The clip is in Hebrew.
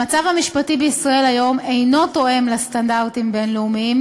המצב המשפטי בישראל היום אינו תואם את הסטנדרטים בין-לאומיים.